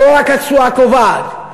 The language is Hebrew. לא רק התשואה קובעת.